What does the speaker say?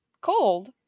cold